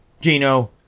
Gino